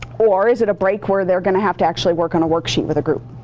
or is it a break where they're going to have to actually work on a worksheet with a group,